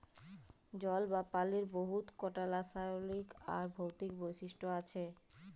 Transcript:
জল বা পালির বহুত কটা রাসায়লিক আর ভৌতিক বৈশিষ্ট আছে